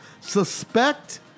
suspect